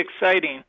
exciting